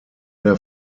der